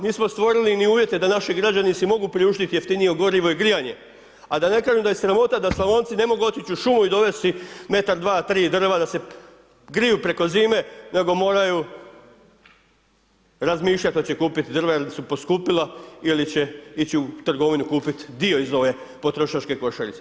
Nismo stvorili ni uvjete da naši građani si mogu priuštiti jeftinije gorivo i grijanje a da ne kažem da je sramota da Slavonci ne mogu otić u šumu i dovest si metar, dva, tri drva, da se griju preko zime nego moraju razmišljati hoće kupit drva jer su poskupila ili će ići u trgovinu kupit dio iz ove potrošačke košarice.